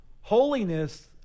Holiness